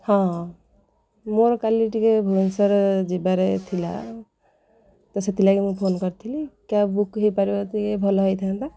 ହଁ ମୋର କାଲି ଟିକିଏ ଭୁବନେଶ୍ୱର ଯିବାରେ ଥିଲା ତ ସେଥିଲାଗି ମୁଁ ଫୋନ୍ କରିଥିଲି କ୍ୟାବ୍ ବୁକ୍ ହୋଇପାରିବ ଟିକିଏ ଭଲ ହୋଇଥାନ୍ତା